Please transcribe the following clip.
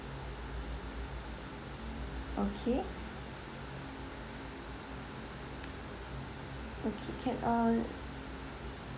okay okay can uh